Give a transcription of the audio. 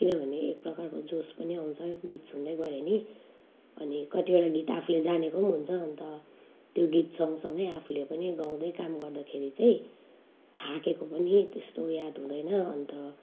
किनभने एक प्रकारको जोस पनि आउँछ गीत सुन्दै गरेँ भने अनि कतिवटा गीत आफूले जानेको पनि हुन्छ अन्त त्यो गीत सँगसँगै आफूले गाउँदै काम गर्दाखेरि चाहिँ थाकेको पनि त्यस्तो याद हुँदैन अन्त